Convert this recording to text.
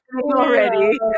already